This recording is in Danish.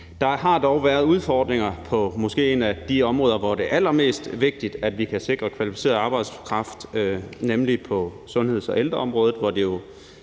Der har dog været udfordringer på et af de områder, hvor det måske er allermest vigtigt, at vi kan sikre kvalificeret arbejdskraft, nemlig på sundheds- og ældreområdet, hvor det jo